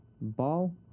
ball